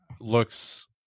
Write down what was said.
looks